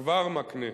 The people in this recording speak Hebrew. כבר מקנה,